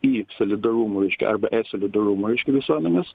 į solidarumą reiškia arba solidarumą reiškia visuomenės